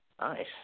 Nice